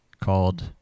called